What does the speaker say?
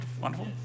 wonderful